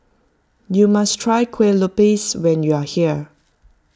you must try Kuih Lopes when you are here